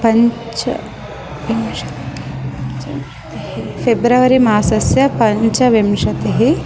पञ्चविंशत् पञ्चविंशतिः फ़ेब्रवरि मासस्य पञ्चविंशतिः